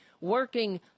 working